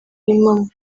impamo